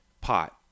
pot